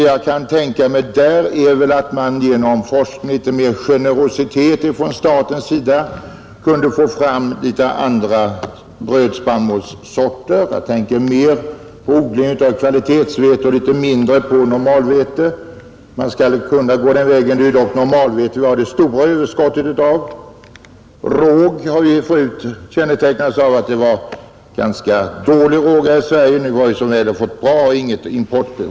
Jag kunde där tänka mig att man genom litet mer generositet från statens sida gentemot forskningen kunde få fram bättre brödspannmålssorter. Jag tänker då på att man kunde odla mer kvalitetsvete och mindre normalvete — det är dock normalvete vi har det stora överskottet av. Vi hade förut ganska dålig råg här i Sverige, men nu har vi som väl är Nr 105 fått bra råg och har inget importbehov. Detta är bl.a. ett resultat av forskningen på området.